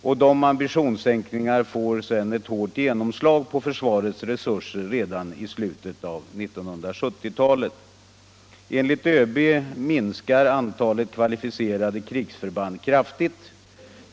Dessa ambitionssänkningar får ett hårt genomslag på försvarets resurser redan i slutet av 1970-talet. Enligt ÖB minskar antalet kvalificerade krigsförband kraftigt.